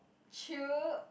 chew